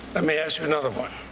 ah me ask you another one.